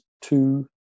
two